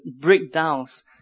breakdowns